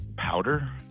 Powder